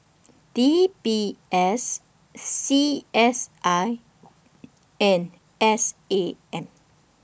D B S C S I and S A M